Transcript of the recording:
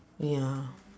ya